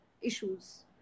issues